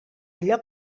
allò